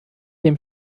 dem